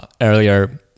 earlier